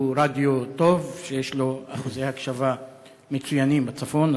רדיו טוב שיש לו אחוזי הקשבה מצוינים בצפון,